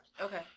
Okay